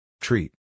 Treat